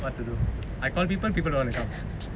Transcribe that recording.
what to do I call people people don't want to come